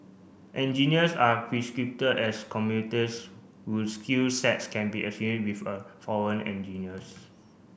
engineers are as whose skill sets can be a with foreign engineers